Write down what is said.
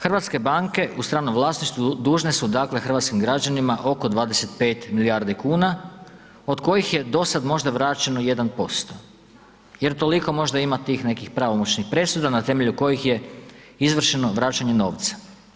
Hrvatske banke u stranom vlasništvu dužne su, dakle, hrvatskim građanima oko 25 milijardi kuna, od kojih je do sad možda vraćeno 1%, jer toliko možda ima tih nekih pravomoćnih presuda na temelju kojih je izvršeno vraćanje novca.